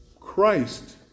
Christ